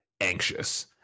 anxious